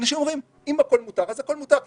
אנשים אומרים: אם הכול מותר אז הכול מותר.